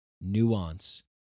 nuance